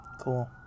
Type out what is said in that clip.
Cool